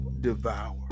devour